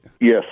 Yes